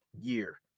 year